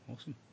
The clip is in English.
Awesome